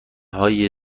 های